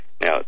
Now